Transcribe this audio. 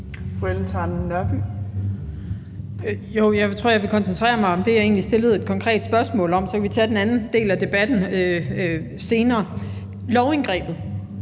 Ellen Trane Nørby (V): Jeg tror, at jeg vil koncentrere mig om det, jeg egentlig stillede et konkret spørgsmål om, og så kan vi tage den anden del af debatten senere. Er lovindgrebet,